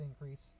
increase